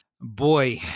Boy